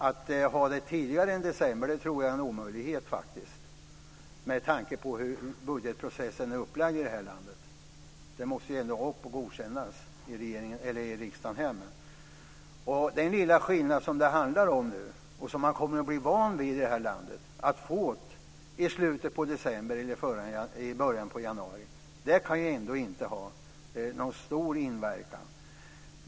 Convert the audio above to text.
Att ha det tidigare än december tror jag är en omöjlighet faktiskt med tanke på hur budgetprocessen är upplagd i det här landet. Den måste ju ändå upp och godkännas i riksdagen här. Den lilla skillnad som det handlar om nu och som man kommer att bli van vid i det här landet, dvs. att få det här i slutet av december eller i början av januari, kan ju ändå inte ha någon stor inverkan.